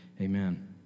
amen